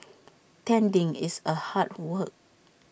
tending it's A hard work